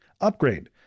Upgrade